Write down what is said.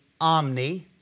omni